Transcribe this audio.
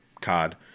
cod